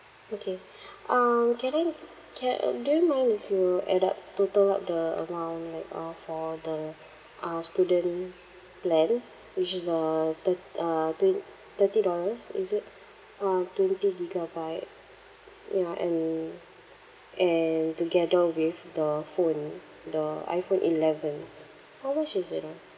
okay um can I ca~ um do you mind if you add up total up the amount like uh for the uh student plan which is the thirt~ uh twen~ thirty dollars is it uh twenty gigabyte ya and and together with the phone the iphone eleven how much is it ah